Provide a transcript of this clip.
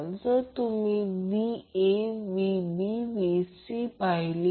v म्हणजे आपण DC सर्किटसाठी सोडविले आहे